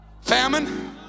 Famine